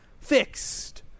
fixed